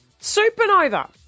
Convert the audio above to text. Supernova